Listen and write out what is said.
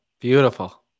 Beautiful